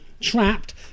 trapped